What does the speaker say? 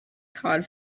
cod